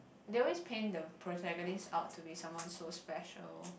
they always paint the protagonist out to be someone so special